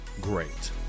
great